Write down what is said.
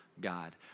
God